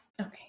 Okay